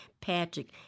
Patrick